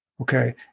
okay